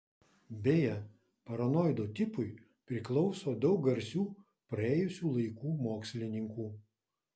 beje paranoido tipui priklauso daug garsių praėjusių laikų mokslininkų